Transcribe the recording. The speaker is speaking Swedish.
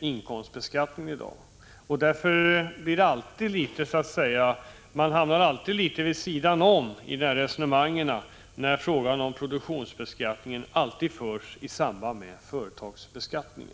inkomstbeskattningen i dag. Man hamnar litet vid sidan om i resonemangen när frågan om produktionsbeskattning alltid förs i samband med diskussionen om företagsbeskattning.